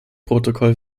protokoll